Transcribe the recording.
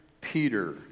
Peter